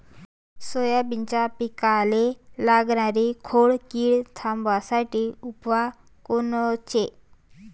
सोयाबीनच्या पिकाले लागनारी खोड किड थांबवासाठी उपाय कोनचे?